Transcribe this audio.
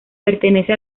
pertenece